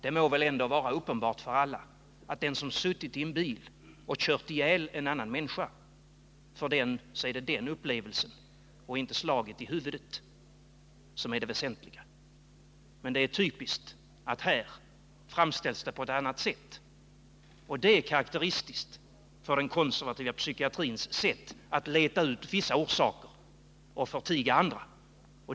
Det må ändå vara uppenbart för alla att för den som suttit i en bil och kört ihjäl en annan människa är det denna upplevelse och inte slaget i huvudet som är det väsentliga. Men det är typiskt att här framställs det på ett annat sätt. Det är karakteristiskt för den konservativa psykiatrins sätt att leta ut vissa orsaker och förtiga andra.